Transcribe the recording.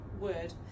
word